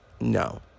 no